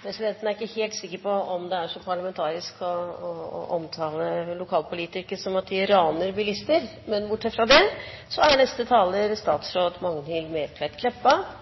Presidenten er ikke helt sikker på om det er så parlamentarisk å omtale lokalpolitikere som at de raner bilister, men bortsett fra det: Neste taler er statsråd Magnhild Meltveit Kleppa.